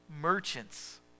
Merchants